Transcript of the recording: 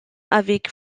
avec